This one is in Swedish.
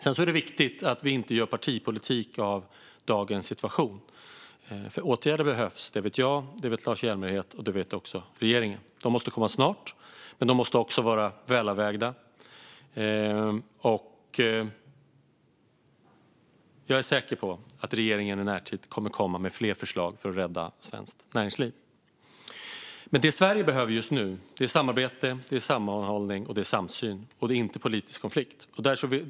Sedan är det viktigt att vi inte gör partipolitik av dagens situation. Åtgärder behövs - det vet jag och Lars Hjälmered, och det vet också regeringen. De måste komma snart, men de måste också vara välavvägda. Jag är säker på att regeringen i närtid kommer med fler förslag för att rädda svenskt näringsliv. Men det Sverige behöver just nu är samarbete, sammanhållning och samsyn - inte politisk konflikt.